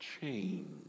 change